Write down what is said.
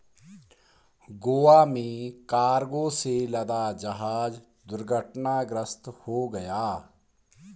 गोवा में कार्गो से लदा जहाज दुर्घटनाग्रस्त हो गया